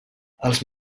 els